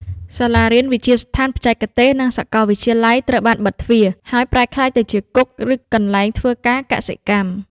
សាលារៀន វិទ្យាស្ថានបច្ចេកទេស និងសាកលវិទ្យាល័យត្រូវបានបិទទ្វារ ហើយប្រែក្លាយទៅជាគុក ឬកន្លែងធ្វើការកសិកម្ម។